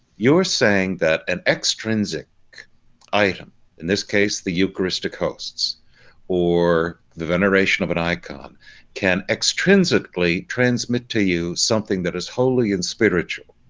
you're saying that an extrinsic item in this case the eucharistic hosts or the veneration of an icon can extrinsically transmit to you something that is holy and spiritual,